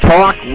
Talk